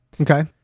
Okay